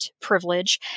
privilege